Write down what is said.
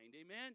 Amen